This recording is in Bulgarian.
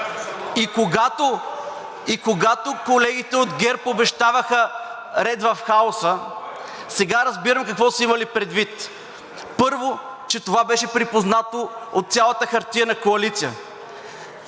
И когато колегите от ГЕРБ обещаваха ред в хаоса, сега разбирам какво са имали предвид. Първо, че това беше припознато от цялата хартиена коалиция